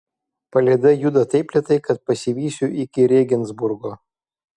palyda juda taip lėtai kad pasivysiu iki rėgensburgo